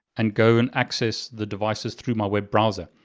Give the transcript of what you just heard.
and go and access the devices through my web browser.